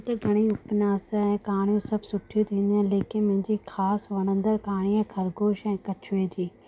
उते घणे ई उपन्यास ऐं कहाणियूं सभु सुठियूं थींदियूं आहिनि लेकिन मुंहिंजी ख़ासि वणंदड़ कहाणी आहे ख़रगोश ऐं कछुए जी